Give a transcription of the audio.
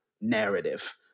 narrative